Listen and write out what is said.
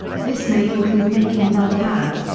this may include making bell-pads,